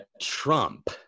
Trump